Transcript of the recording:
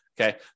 Okay